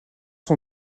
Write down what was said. son